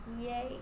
Yay